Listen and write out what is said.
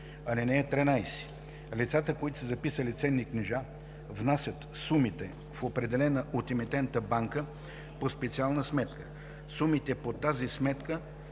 си. (13) Лицата, които са записали ценни книжа, внасят сумите в определена от емитента банка по специална сметка. Сумите по тази сметка